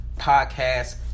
Podcast